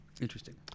Interesting